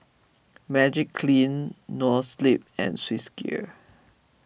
Magiclean Noa Sleep and Swissgear